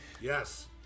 Yes